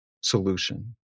solution